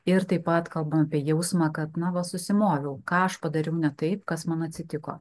ir taip pat kalbam apie jausmą kad na va susimoviau ką aš padariau ne taip kas man atsitiko